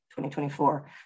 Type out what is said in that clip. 2024